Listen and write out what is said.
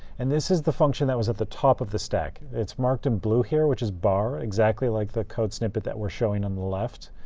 and this is the function that was at the top of the stack. it's marked in blue here, which is bar, exactly like the code snippet that we're showing on the left.